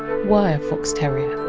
a wire fox terrier.